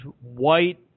white